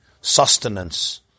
sustenance